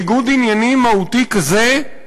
ניגוד עניינים מהותי כזה,